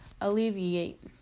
Alleviate